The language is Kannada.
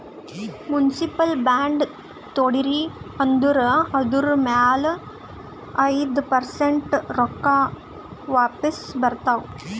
ಮುನ್ಸಿಪಲ್ ಬಾಂಡ್ ತೊಂಡಿರಿ ಅಂದುರ್ ಅದುರ್ ಮ್ಯಾಲ ಐಯ್ದ ಪರ್ಸೆಂಟ್ ರೊಕ್ಕಾ ವಾಪಿಸ್ ಬರ್ತಾವ್